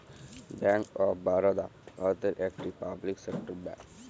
bank of Baroda ভারতের একটি public sector bank